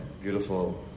beautiful